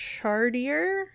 chartier